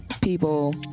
people